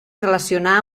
relacionar